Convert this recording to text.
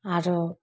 आओर